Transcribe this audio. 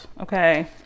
okay